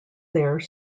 there